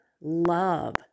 love